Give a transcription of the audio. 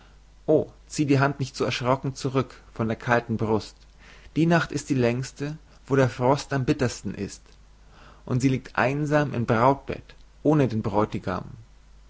o zieh die hand nicht so erschrocken zurük von der kalten brust die nacht ist die längste wo der frost am bittersten ist und sie liegt einsam im brautbett ohne den bräutigam